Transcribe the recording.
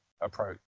approach